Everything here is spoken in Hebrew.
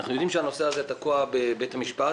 אנחנו יודעים שהנושא הזה תקוע בבית המשפט,